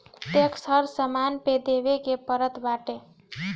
tax हर सामान पे देवे के पड़त बाटे